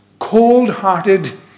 cold-hearted